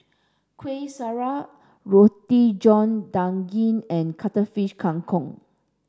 Kueh Syara Roti John Daging and Cuttlefish Kang Kong